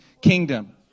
kingdom